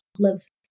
loves